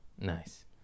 Nice